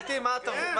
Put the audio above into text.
מחליטים מה הקריטריונים.